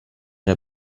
der